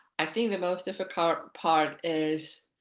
i think the most difficult part is